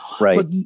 right